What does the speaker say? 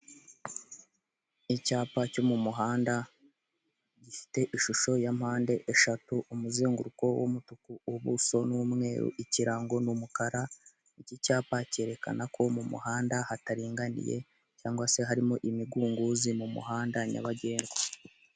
Icyapa cyo mu muhanda gifite ishusho ya mpande eshatu, umuzenguruko w'umutuku, ubuso ni umweru, ikirango ni umukara, iki cyapa cyerekana ko mu muhanda hataringaniye. cyangwa se harimo imigunguzi mu muhanda nyabagendwa.